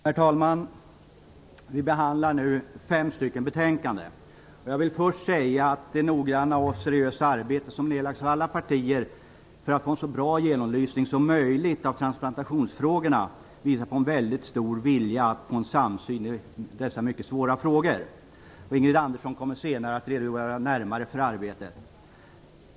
Herr talman! Vi behandlar nu fem betänkanden. Jag vill först säga att det noggranna och seriösa arbete som nedlagts av alla partier för att nå en så bra genomlysning som möjligt av transplantationsfrågorna visar på en väldigt stor vilja att nå fram till en samsyn i dessa mycket svåra frågor. Ingrid Andersson kommer senare att närmare redogöra för arbetet.